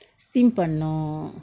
steam பன்னோ:panno